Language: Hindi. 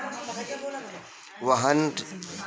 वाहन ऋण क्या है इसके विभिन्न प्रकार क्या क्या हैं?